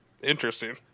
Interesting